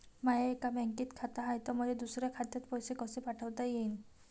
माय एका बँकेत खात हाय, त मले दुसऱ्या खात्यात पैसे कसे पाठवता येईन?